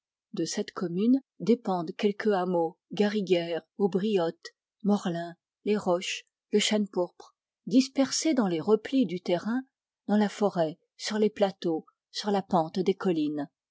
de cette commune dépendent quelques hameaux gariguières aubryotte morlin les roches le chênepourpre dispersés dans les replis du terrain dans la forêt sur les plateaux sur la pente des collines